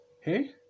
hey